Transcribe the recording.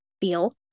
feel